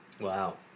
Wow